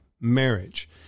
marriage